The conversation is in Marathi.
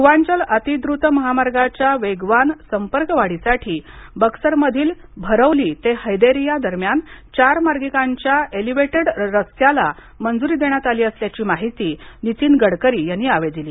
पूर्वांचल अतिद्वुत महामार्गाच्या वेगवान संपर्कवाढीसाठी बक्सर मधील भरौली ते हैदेरीया दरम्यान चार मार्गीकांच्या एलीवेटेड रस्त्याला मंजुरी देण्यात आली असल्याची माहिती नितीन गडकरी यांनी यावेळी दिली